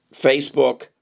Facebook